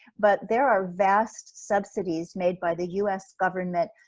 but there are vast subsidies made by the us government,